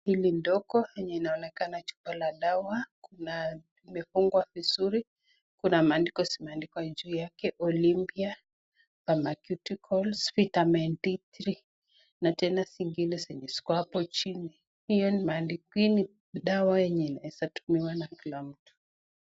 Hili ndogo enye inaonekana chupa la dawa imefungwa vizuri. Kuna maandiko zimeandikwa juu yake olympia pharmaceuticals vitamin d3 na tena zingine zenye ziko hapo chini. Hiyo imeandikwa hii ni dawa enye inaeza kutumiwa na kila mtu.